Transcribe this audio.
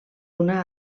una